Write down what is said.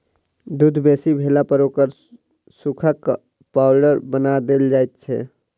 दूध बेसी भेलापर ओकरा सुखा क पाउडर बना देल जाइत छै